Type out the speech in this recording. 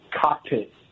cockpit